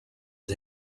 his